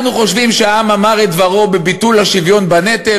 אנחנו חושבים שהעם אמר את דברו בביטול השוויון בנטל,